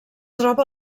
troba